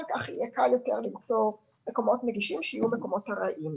כך יהיה קל יותר למצוא מקומות נגישים שיהיו מקומות ארעיים.